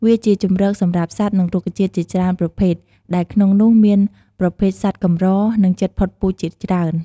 វាជាជម្រកសម្រាប់សត្វ និងរុក្ខជាតិជាច្រើនប្រភេទដែលក្នុងនោះមានប្រភេទសត្វកម្រ និងជិតផុតពូជជាច្រើន។